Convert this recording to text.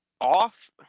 off